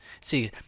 see